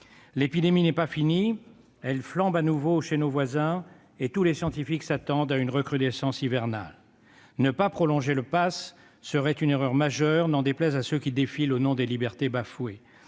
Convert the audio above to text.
L'épidémie n'est pas finie : elle flambe à nouveau chez nos voisins et tous les scientifiques s'attendent à une recrudescence hivernale. Ne pas prolonger le passe serait une erreur majeure, n'en déplaise à ceux qui défilent au nom des libertés bafouées.